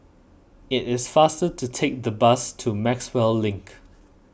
it is faster to take the bus to Maxwell Link